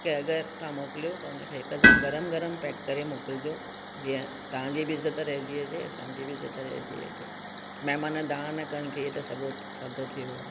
के अगरि तव्हां मोकिलियो त हुनखे हिकदमि गरम गरम पैक करे मोकिलिजो जीअं तव्हांजी बि इज़त रहिजी अचे असांजी बि इज़त रहिजी अचे महिमान दांह न कनि की इहे त सभु हूअ थधो थी वियो आहे